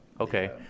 Okay